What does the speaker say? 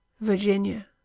virginia